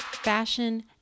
fashion